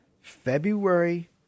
february